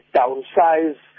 downsize